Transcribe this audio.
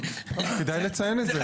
כדאי לציין את זה.